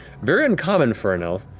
very uncommon for an elf.